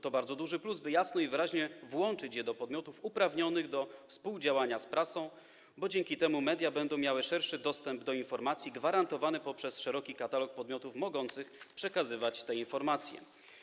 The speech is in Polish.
To bardzo duży plus, by jasno i wyraźnie włączyć je do podmiotów uprawnionych do współdziałania z prasą, bo dzięki temu media będą miały szerszy dostęp do informacji gwarantowany przez szeroki katalog podmiotów mogących przekazywać te informacje.